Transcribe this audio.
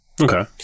Okay